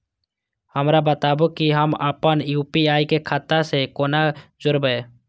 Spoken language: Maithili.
हमरा बताबु की हम आपन यू.पी.आई के खाता से कोना जोरबै?